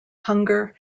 hunger